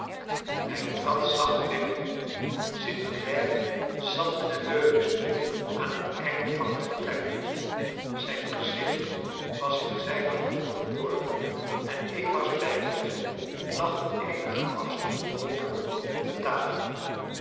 hij trad zacht binnen st clare zat in een leuningstoel aan het einde van het vertrek zijn gezicht was in zijne handen verborgen en eva's bijbeltje lag op eenigen afstand open op de tafel